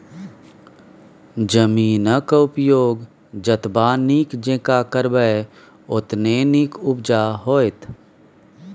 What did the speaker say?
जमीनक उपयोग जतबा नीक जेंका करबै ओतने नीक उपजा होएत